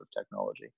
technology